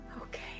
Okay